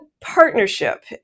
partnership